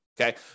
okay